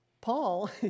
Paul